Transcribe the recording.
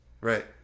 Right